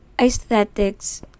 aesthetics